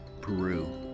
Peru